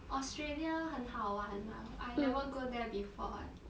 australia 很好玩吗 I never go there before eh